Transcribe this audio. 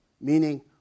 meaning